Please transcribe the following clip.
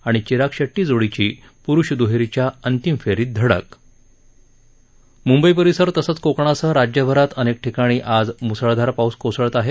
आणि चिराग शेट्टी जोडीची प्रुष द्रहेरीच्या अंतिम फेरीत धडक म्ंबई परिसर तसंच कोकणासह राज्यभरात अनेक ठिकाणी आज म्सळधार पाऊस कोसळत आहे